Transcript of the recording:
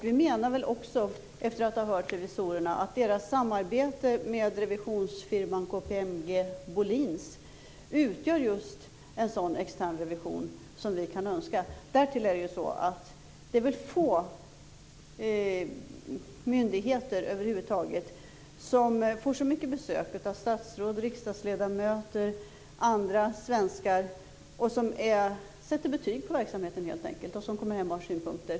Vi menar, efter att ha hört revisorerna, att samarbetet med revisionsfirman KPMG Bohlins utgör just en sådan externrevision som vi kan önska. Därtill är det få myndigheter över huvud taget som får så mycket besök av statsråd, riksdagsledamöter och andra svenskar. De sätter helt enkelt betyg på verksamheten och kommer hem med synpunkter.